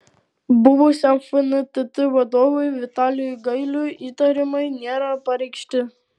buvusiam fntt vadovui vitalijui gailiui įtarimai nėra pareikšti